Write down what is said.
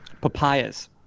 Papayas